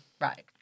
Right